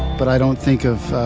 but i don't think of,